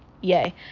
yay